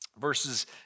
verses